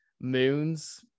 moons